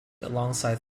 alongside